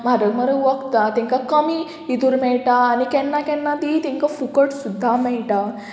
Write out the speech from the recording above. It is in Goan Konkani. म्हारग म्हारग वखदां तांकां कमी हितूर मेळटा आनी केन्ना केन्ना ती तांकां फुकट सुद्दां मेयटा